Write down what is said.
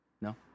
No